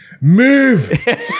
move